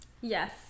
Yes